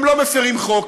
הם לא מפרים חוק,